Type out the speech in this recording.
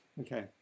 Okay